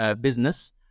business